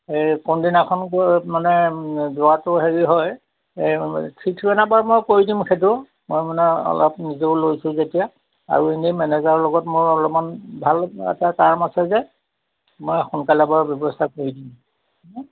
এই কোনদিনাখন মানে যোৱাটো হেৰি হয় এই মই কৰি দিম সেইটো মই মানে অলপ নিজেও লৈছোঁ যেতিয়া আৰু এনেই মেনেজাৰৰ লগত মোৰ অলপমান ভাল এটা টাৰ্ম আছে যে মই সোনকালে পোৱাৰ ব্যৱস্থা কৰি দিম